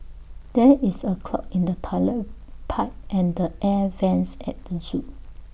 there is A clog in the Toilet Pipe and the air Vents at the Zoo